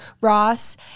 Ross